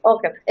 Okay